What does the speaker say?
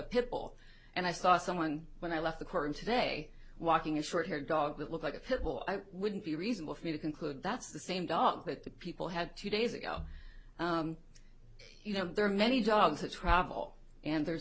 pit bull and i saw someone when i left the courtroom today walking a short haired dog that looked like a pit bull i wouldn't be reasonable for me to conclude that's the same dark that the people had two days ago you know there are many dogs that travel and there's